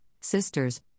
sisters